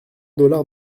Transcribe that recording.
dollars